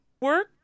work